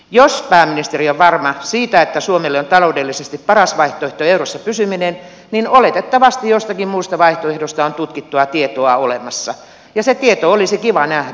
jos pääministeri on varma siitä että suomelle on taloudellisesti paras vaihtoehto eurossa pysyminen niin oletettavasti jostakin muusta vaihtoehdosta on tutkittua tietoa olemassa ja se tieto olisi kiva nähdä